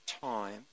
time